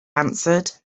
answered